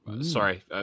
Sorry